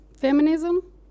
feminism